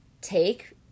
take